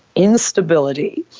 instability,